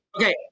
Okay